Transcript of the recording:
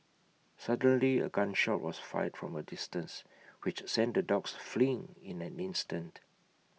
suddenly A gun shot was fired from A distance which sent the dogs fleeing in an instant